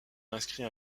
inscrit